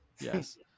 Yes